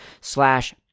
Slash